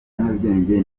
nyarugenge